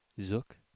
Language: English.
Zook